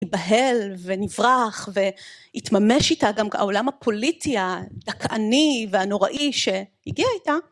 נבהל ונברח והתממש איתה גם העולם הפוליטי הדכאני והנוראי שהגיע איתה